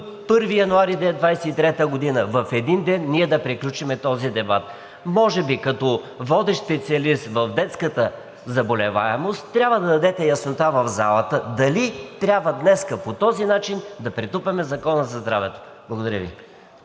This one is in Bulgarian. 1 януари 2023 г., в един ден ние да приключим този дебат? Може би като водещ специалист в детската заболеваемост, трябва да дадете яснота в залата, дали трябва днес по този начин да претупаме Закона за здравето. Благодаря Ви.